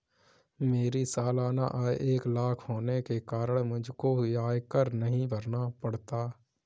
मेरी सालाना आय एक लाख होने के कारण मुझको आयकर नहीं भरना पड़ता